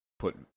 Put